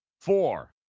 four